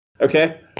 Okay